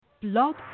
Blog